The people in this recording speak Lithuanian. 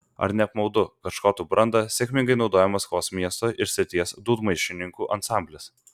ar ne apmaudu kad škotų brandą sėkmingai naudoja maskvos miesto ir srities dūdmaišininkų ansamblis